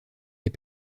est